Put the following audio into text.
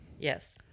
Yes